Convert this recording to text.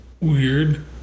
Weird